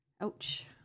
Ouch